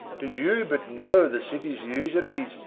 did you but know the city's usuries,